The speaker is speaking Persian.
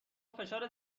فشار